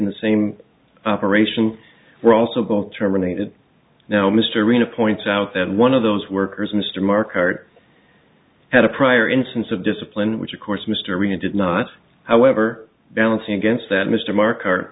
in the same operation were also got terminated now mr rena points out that one of those workers mr mark hart had a prior instance of discipline which of course mr reid did not however balance against that mr mark